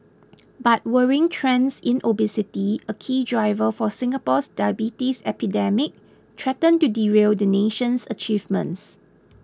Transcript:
but worrying trends in obesity a key driver for Singapore's diabetes epidemic threaten to derail the nation's achievements